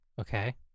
Okay